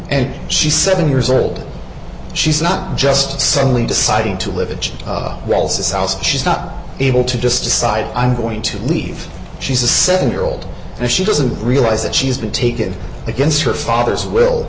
and she seven years old she's not just suddenly deciding to live it rolls this out she's not able to just decide i'm going to leave she's a seven year old and she doesn't realise that she's been taken against her father's will